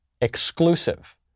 exclusive